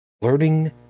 learning